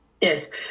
Yes